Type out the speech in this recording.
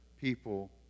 people